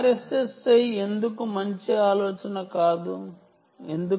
దీనికి కొన్ని కారణాలని వివరించాలని అనుకుంటున్నాను